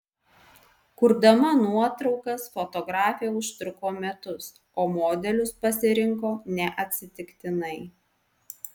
kurdama nuotraukas fotografė užtruko metus o modelius pasirinko neatsitiktinai